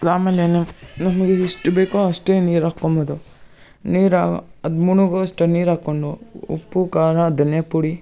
ಆಮೇಲೆ ಏನು ನಮಗೆ ಎಷ್ಟು ಬೇಕೋ ಅಷ್ಟೇ ನೀರು ಹಾಕೊಂಬೋದು ನೀರು ಅದು ಮುಳುಗುವಷ್ಟು ನೀರು ಹಾಕೊಂಡು ಉಪ್ಪು ಖಾರ ಧನಿಯಾ ಪುಡಿ